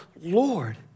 Lord